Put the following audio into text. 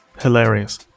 Hilarious